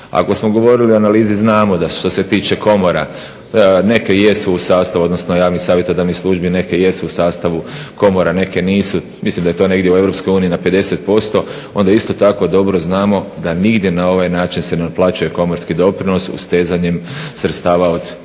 Ako smo govorili o analizi znamo da što se tiče komora neke jesu u sastavu, odnosno javnih savjetodavnih službi, neke jesu u sastavu komora, neke nisu. Mislim da je to negdje u EU na 50%. Onda isto tako dobro znamo da nigdje na ovaj način se ne uplaćuje komorski doprinos ustezanjem sredstava od poticaja,